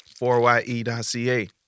4ye.ca